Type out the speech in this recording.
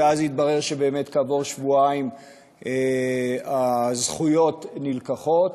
ואז התברר שבאמת כעבור שבועיים הזכויות נלקחות.